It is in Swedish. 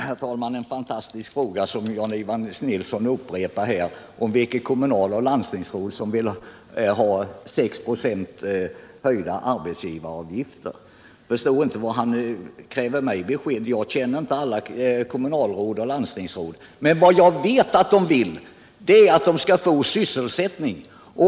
Herr talman! Det är en fantastisk fråga som Jan-Ivan Nilsson upprepar, nämligen vilket kommunalråd eller landstingsråd som vill ha 6 procents höjda arbetsgivaravgifter. Jag förstår inte varför Jan-Ivan Nilsson kräver mig på besked i det avseendet. Jag känner inte alla kommunalråd och landstingsråd. Men vad jag vet är att de vill att man skall få sysselsättning.